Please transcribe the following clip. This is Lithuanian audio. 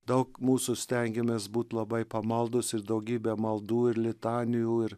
daug mūsų stengiamės būt labai pamaldūs ir daugybę maldų ir litanijų ir